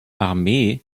armee